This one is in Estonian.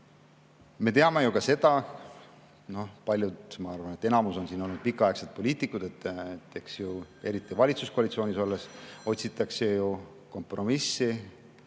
Me teame ju ka seda – paljud, ma arvan, et enamik siin olijatest on pikaaegsed poliitikud –, et eriti valitsuskoalitsioonis olles otsitakse ju kompromissi